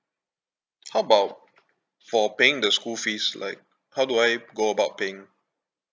how about for paying the school fees like how do I go about paying